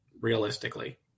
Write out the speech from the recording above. Realistically